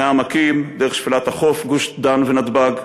מהעמקים דרך שפלת החוף, גוש-דן ונתב"ג,